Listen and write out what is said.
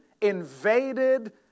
invaded